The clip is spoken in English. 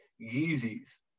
Yeezys